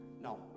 No